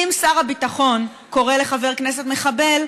אם שר הביטחון קורא לחבר כנסת מחבל,